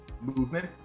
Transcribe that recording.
movement